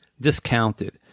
discounted